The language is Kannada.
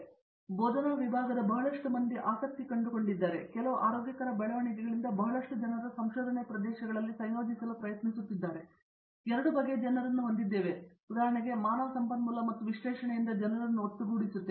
ಪ್ರೊಫೆಸರ್ ಉಷಾ ಮೋಹನ್ ಬೋಧನಾ ವಿಭಾಗದ ಬಹಳಷ್ಟು ಮಂದಿ ಆಸಕ್ತಿಯನ್ನು ಕಂಡುಕೊಂಡಿದ್ದಾರೆ ಮತ್ತು ಕೆಲವು ಆರೋಗ್ಯಕರ ಬೆಳವಣಿಗೆಗಳಿಂದ ಬಹಳಷ್ಟು ಜನರು ಸಂಶೋಧನೆ ಪ್ರದೇಶಗಳಲ್ಲಿ ಸಂಯೋಜಿಸಲು ಪ್ರಯತ್ನಿಸುತ್ತಿದ್ದಾರೆ ಮತ್ತು ನಾವು ಎರಡು ಬಗೆಯ ಜನರನ್ನು ಹೊಂದಿದ್ದೇವೆ ಉದಾಹರಣೆಗೆ ನಾವು ಮಾನವ ಸಂಪನ್ಮೂಲ ಮತ್ತು ವಿಶ್ಲೇಷಣೆಯಿಂದ ಜನರನ್ನು ಒಟ್ಟುಗೂಡಿಸುತ್ತೇವೆ